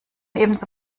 ebenso